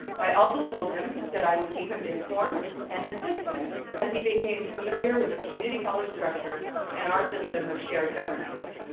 i also told him that i would keep him informed and assist him as he became familiar with the community college structure and our system of shared governance.